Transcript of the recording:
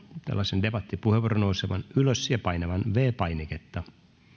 tällaisen debattipuheenvuoron nousemaan ylös ja painamaan viides painiketta